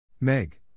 Meg